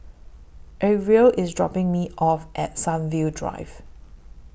Arvil IS dropping Me off At Sunview Drive